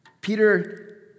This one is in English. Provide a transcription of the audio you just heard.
Peter